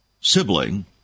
sibling